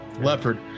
leopard